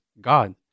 god